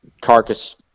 carcass